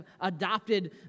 adopted